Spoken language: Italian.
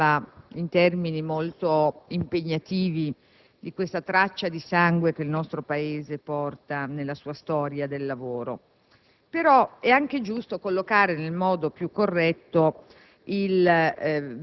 ha ragione la senatrice Pellegatta, che prima parlava, in termini molto impegnativi, della traccia di sangue che il nostro Paese porta nella sua storia del lavoro,